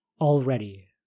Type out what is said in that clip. Already